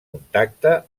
contacte